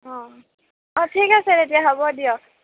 অঁ ঠিক আছে তেতিয়া হ'ব দিয়ক